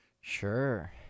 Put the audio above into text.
sure